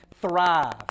thrive